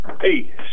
hey